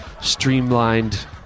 streamlined